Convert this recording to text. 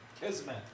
Kismet